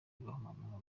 agahomamunwa